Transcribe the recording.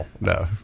No